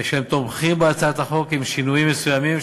הם תומכים בהצעת החוק עם שינויים מסוימים.